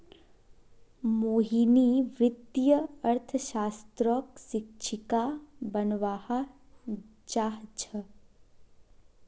मोहिनी वित्तीय अर्थशास्त्रक शिक्षिका बनव्वा चाह छ